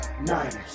Niners